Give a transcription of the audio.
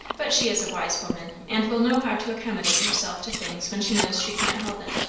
but she is a wise woman, and will know how to accommodate herself to things when she knows she can't help it.